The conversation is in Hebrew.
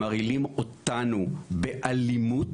הם מרעילים אותנו באלימות.